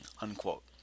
unquote